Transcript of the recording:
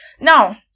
Now